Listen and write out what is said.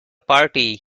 party